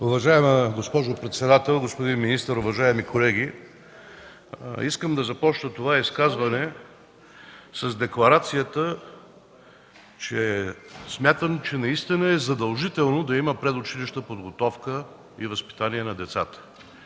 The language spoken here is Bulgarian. Уважаема госпожо председател, уважаеми господин министър, уважаеми колеги! Искам да започна изказването си с декларацията: смятам, че наистина е задължително да има предучилищна подготовка и възпитание на децата